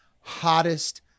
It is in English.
hottest